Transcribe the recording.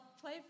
play